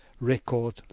record